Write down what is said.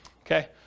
Okay